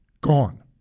gone